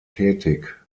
tätig